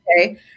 okay